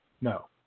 No